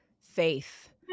faith